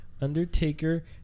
Undertaker